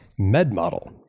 MedModel